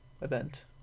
Event